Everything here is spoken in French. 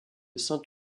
saint